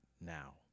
now